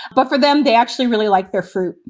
but for them, they actually really like their fruit,